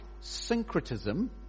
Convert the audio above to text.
syncretism